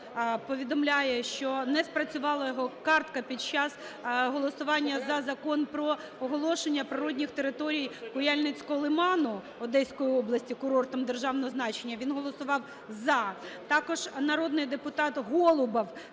повідомляє, що не спрацювала його картка під час голосування за Закон про оголошення природних територій Куяльницького лиману Одеської області курортом державного значення, він голосував "за". Також народний депутат Голубов